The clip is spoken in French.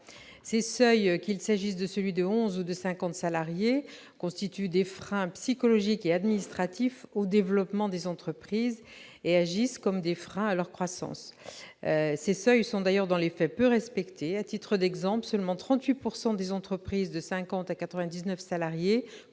Ces seuils, qu'il s'agisse de celui de onze ou de celui de cinquante salariés, constituent des freins psychologiques et administratifs au développement des entreprises et agissent comme des freins à leur croissance. Ils sont d'ailleurs dans les faits peu respectés. À titre d'exemple, seulement 38 % des entreprises de cinquante